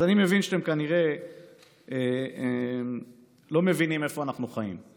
אז אני מבין שאתם כנראה לא מבינים איפה אנחנו חיים.